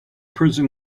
prison